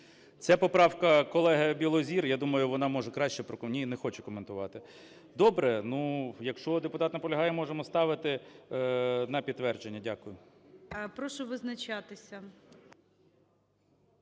Це поправка колеги Білозір, я думаю, вона може краще прокоментує. Ні, не хоче коментувати. Добре. Якщо депутат наполягає, ми можемо ставити на підтвердження. Дякую.